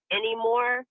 anymore